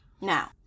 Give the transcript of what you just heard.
Now